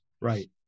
Right